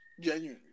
Genuinely